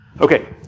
Okay